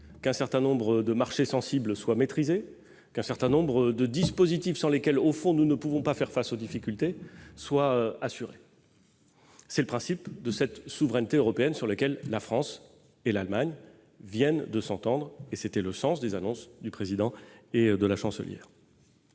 qu'un certain nombre de marchés sensibles soient maîtrisés et qu'un certain nombre de dispositifs sans lesquels nous ne pouvons pas faire face aux difficultés soient assurés. C'est sur le principe de cette souveraineté européenne que la France et l'Allemagne viennent de s'entendre ; c'était le sens des annonces du Président et de la Chancelière.